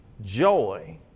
joy